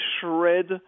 shred